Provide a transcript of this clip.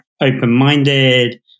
open-minded